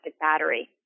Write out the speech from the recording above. battery